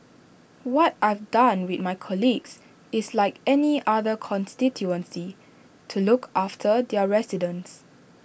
what I've done with my colleagues is like any other constituency to look after their residents